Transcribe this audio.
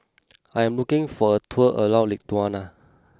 I am looking for a tour around Lithuania